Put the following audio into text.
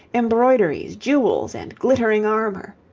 embroideries, jewels, and glittering armour.